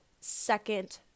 second